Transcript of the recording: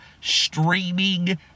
streaming